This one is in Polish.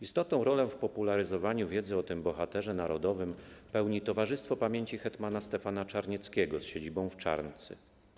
Istotną rolę w popularyzowaniu wiedzy o tym bohaterze narodowym pełni Towarzystwo Pamięci Hetmana Stefana Czarnieckiego z siedzibą w Czarncy.